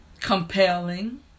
compelling